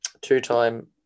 two-time